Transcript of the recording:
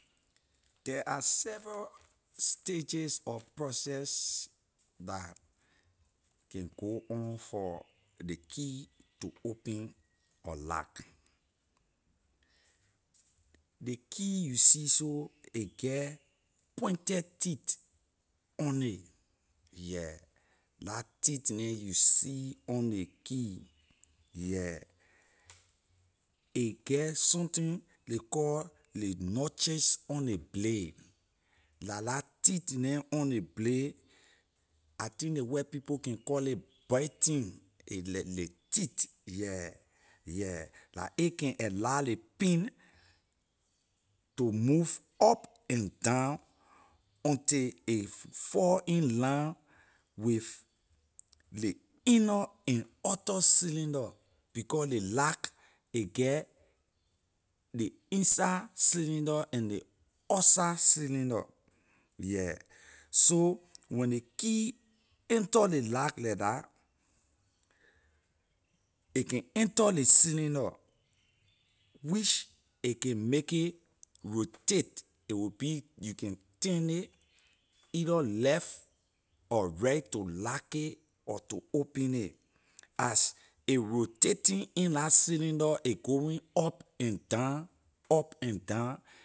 There are several stages or process that can go on for ley key to open a lock ley key you see so a get pointed teeth on nay yeah la teeth neh you see on ley key yeah a get something ley call ley notches on ley blade la la teeth neh on ley blade I think ley white people can call ley brighten a leh ley teeth yeah yeah la a can allow ley pin to move up and down until a fall in line with ley inner and outer cylinder becor ley lack a get ley inside cylinder and ley outside cylinder yeah so when ley key enter ley lock leh dah a can enter ley cylinder which a can make a rotate a will be you can turn it either left or right to lack a or to open it as a rotating in la cylinder a going up and down up and down